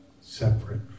Separate